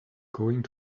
going